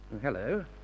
Hello